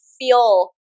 feel